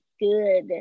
good